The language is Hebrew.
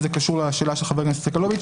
וזה קשור לשאלה של חבר הכנסת סגלוביץ',